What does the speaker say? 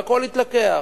והכול התלקח.